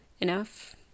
enough